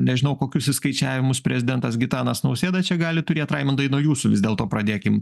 nežinau kokius išskaičiavimus prezidentas gitanas nausėda čia gali turėt raimundai nuo jūsų vis dėlto pradėkim